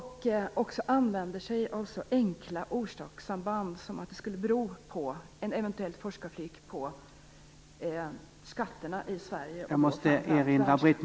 Han använder sig av så enkla orsakssamband som att en eventuell forskarflykt skulle bero på skatterna i Sverige.